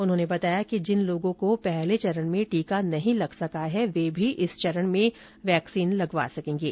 उन्होंने बताया कि जिन लोगों को पहले चरण में टीका नहीं लग सका है वे भी इस चरण में वैक्सीन लगवा सकेंगे